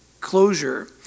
Closure